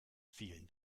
vielen